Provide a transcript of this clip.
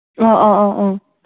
ꯑꯥ ꯑꯧ ꯑꯧ ꯎꯝ